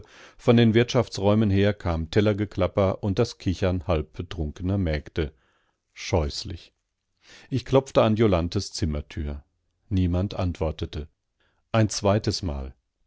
von den wirtschaftsräumen her kam tellergeklapper und das kichern halbbetrunkener mägde scheußlich ich klopfte an jolanthes zimmertür niemand antwortete ein zweitesmal